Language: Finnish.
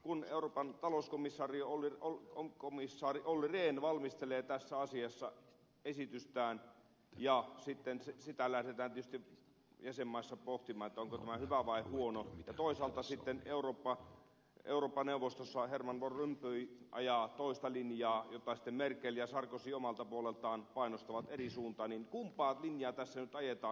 kun euroopan talous komisario oli olut on talouskomissaari olli rehn valmistelee tässä asiassa esitystään ja sitten sitä lähdetään tietysti jäsenmaissa pohtimaan että onko tämä hyvä vai huono ja toisaalta sitten eurooppa neuvostossa herman van rompuy ajaa toista linjaa jota sitten merkel ja sarkozy omalta puoleltaan painostavat eri suuntaan niin kumpaa linjaa tässä nyt ajetaan